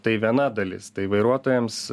tai viena dalis tai vairuotojams